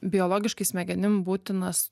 biologiškai smegenim būtinas